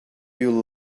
you